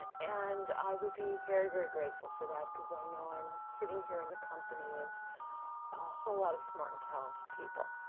and and, i would be very, very grateful for that cause i know i'm sitting here in the company of a whole lot of smart and talented people.